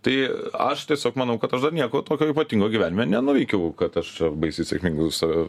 tai aš tiesiog manau kad aš dar nieko tokio ypatingo gyvenime nenuveikiau kad aš čia baisiai sėkmingai save